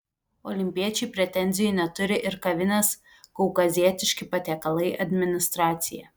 olimpiečiui pretenzijų neturi ir kavinės kaukazietiški patiekalai administracija